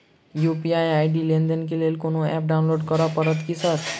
UPI ID लेनदेन केँ लेल कोनो ऐप डाउनलोड करऽ पड़तय की सर?